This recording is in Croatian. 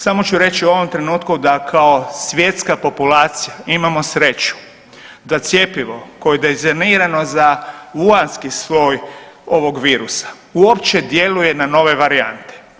Samo ću reći u ovom trenutku da kao svjetska populacija imamo sreću da cjepivo koje je dizajnirano za Wuhanski sloj ovog virusa uopće djeluje na nove varijante.